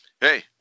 hey